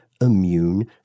immune